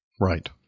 right